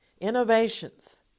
innovations